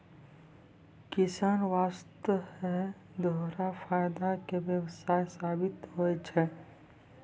किसान वास्तॅ है दोहरा फायदा के व्यवसाय साबित होय छै